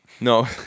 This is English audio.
No